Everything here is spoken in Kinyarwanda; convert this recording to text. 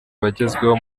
bagezweho